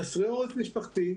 חסרי עורף משפחתי,